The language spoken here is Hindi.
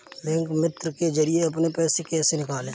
बैंक मित्र के जरिए अपने पैसे को कैसे निकालें?